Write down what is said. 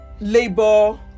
labor